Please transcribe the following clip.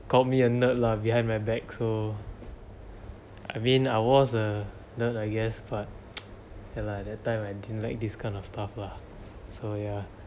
called me a nerd lah behind my back so I mean I was a nerd I guess but ya lah at that time I didn't like this kind of stuff lah so ya